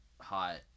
hot